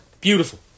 Beautiful